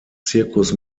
circus